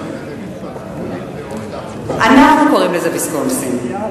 אנחנו קוראים לזה "ויסקונסין".